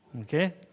okay